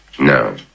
No